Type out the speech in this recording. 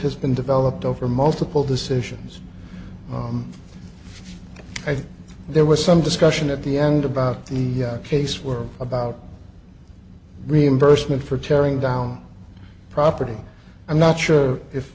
has been developed over multiple decisions i think there was some discussion at the end about the case were about reimbursement for tearing down property i'm not sure if